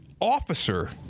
officer